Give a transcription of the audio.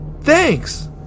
Thanks